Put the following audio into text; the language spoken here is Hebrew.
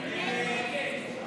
47 בעד, 57 נגד.